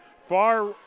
Far